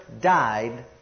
died